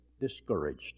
discouraged